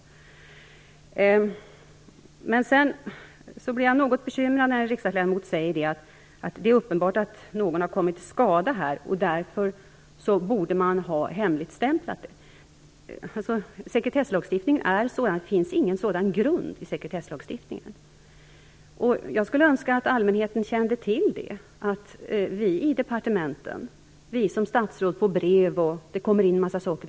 Men jag blir något bekymrad när en riksdagsledamot säger att det är uppenbart att någon har kommit till skada och att man därför borde ha hemligstämplat rapporten. Det finns ingen sådan grund i sekretesslagstiftningen. Jag skulle önska att allmänheten kände till det. Vi i departementen, i egenskap av statsråd, får brev och en mängd andra saker.